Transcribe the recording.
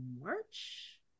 March